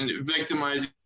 victimizing